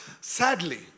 Sadly